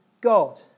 God